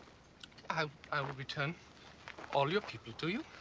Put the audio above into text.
i i will return all your people to you.